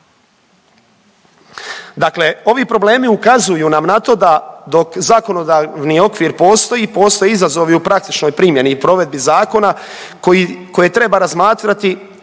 Dakle, ovi problemi ukazuju nam na to da dok zakonodavni okvir postoji postoje izazovi u praktičnoj primjeni i provedbi zakona koji, koje treba razmatrati